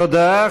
תודה.